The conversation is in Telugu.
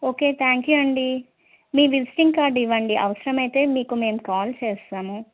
ఓకే థ్యాంక్ యూ అండి మీ విజిటింగ్ కార్డివ్వండి అవసరమైతే మీకు మేం కాల్ చేస్తాము